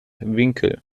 winkel